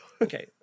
Okay